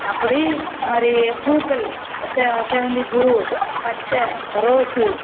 அப்படி இதுமாதிரி பூக்கள் செ செவ்வந்திப் பூ பச்சை ரோஸு